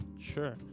sure